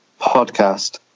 podcast